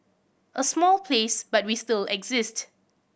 a small place but we still exist